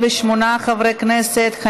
38 חברי כנסת,